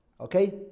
Okay